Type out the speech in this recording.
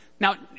Now